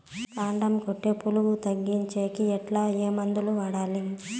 కాండం కొట్టే పులుగు తగ్గించేకి ఎట్లా? ఏ మందులు వాడాలి?